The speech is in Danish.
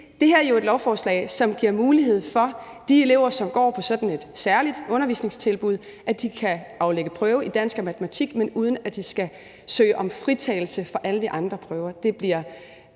det her er jo et lovforslag, som giver mulighed for, at de elever, som går på sådan et særligt undervisningstilbud, kan aflægge prøve i dansk og matematik, men uden at de skal søge om fritagelse fra alle de andre prøver. Det bliver